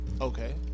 Okay